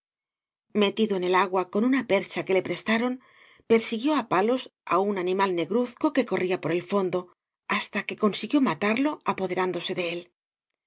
metido en el agua con una percha que le preetaron persiguió á palos á un animal negruzco que corría por el fondo hasta que con siguió matarlo apoderándote de él